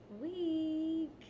week